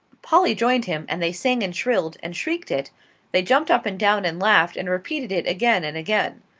polly joined him, and they sang and shrilled, and shrieked it they jumped up and down and laughed and repeated it again and again.